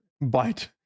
bite